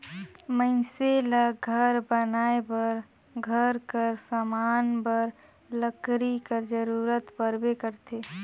मइनसे ल घर बनाए बर, घर कर समान बर लकरी कर जरूरत परबे करथे